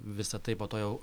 visa tai po to jau